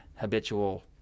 habitual